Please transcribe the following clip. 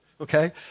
okay